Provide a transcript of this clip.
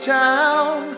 town